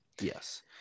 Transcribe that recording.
Yes